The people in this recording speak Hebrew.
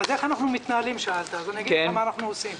שאלת איך אנחנו מתנהלים אז אגיד לך מה אנחנו עושים.